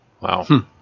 Wow